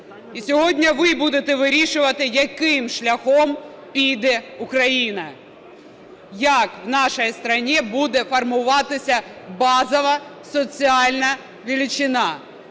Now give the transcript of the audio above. І сьогодні ви будете вирішувати, яким шляхом піде Україна, як в нашій стране буде формуватися базова соціальна величина,